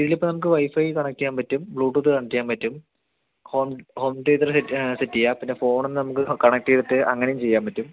ഇതിലിപ്പോൾ നമുക്ക് wifi connect ചെയ്യാൻ പറ്റും ബ്ലൂടൂത്ത് കണക്ട് ചെയ്യാൻ പറ്റും home home theatre set set ചെയ്യാം പിന്നെ ഫോണും നമുക്ക് കണക്ട് ചെയ്തിട്ട് അങ്ങനെയും ചെയ്യാൻ പറ്റും